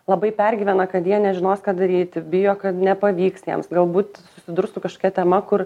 labai pergyvena kad jie nežinos ką daryti bijo kad nepavyks jiems galbūt susidurs su kažkokia tema kur